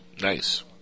Nice